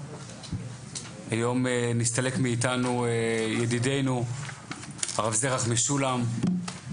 היום נסתלק מאיתנו ידינו הרב זרח משולם,